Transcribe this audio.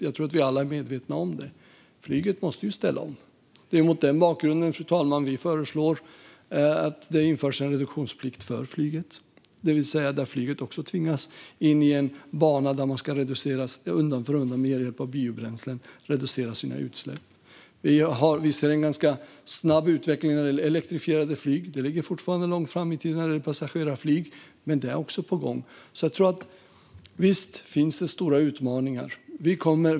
Det tror jag att alla är medvetna om. Flyget måste ju ställa om. Det är mot den bakgrunden, fru talman, som vi föreslår att det införs en reduktionsplikt för flyget, det vill säga att flyget med hjälp av biobränslen undan för undan tvingas reducera sina utsläpp. Vi har visserligen en ganska snabb utveckling när det gäller elektrifierade flyg. Det ligger fortfarande långt fram i tiden när det gäller passagerarflyg, men där är det också på gång. Visst finns det stora utmaningar.